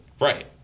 Right